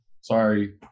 sorry